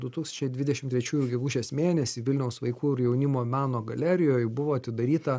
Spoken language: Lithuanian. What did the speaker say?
du tūkstančiai dvidešim trečiųjų gegužės mėnesį vilniaus vaikų ir jaunimo meno galerijoj buvo atidaryta